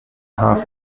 half